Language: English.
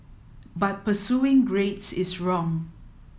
but pursuing grades is wrong